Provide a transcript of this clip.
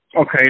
Okay